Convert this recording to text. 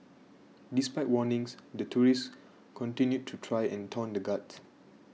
despite warnings the tourists continued to try and taunt the guards